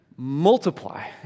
Multiply